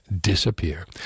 disappear